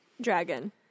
dragon